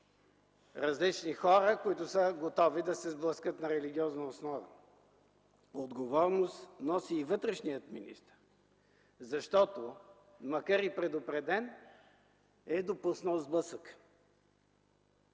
различни хора, които са готови да се сблъскат на религиозна основа. Отговорност носи и вътрешният министър, защото, макар и предупреден, е допуснал сблъсък.